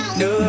no